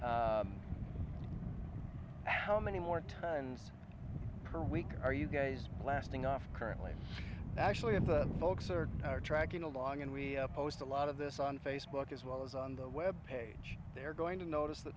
t how many more tons per week are you guys blasting off currently actually of the folks are tracking along and we post a lot of this on facebook as well as on the web page they're going to notice th